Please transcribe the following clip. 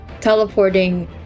teleporting